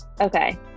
okay